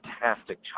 Fantastic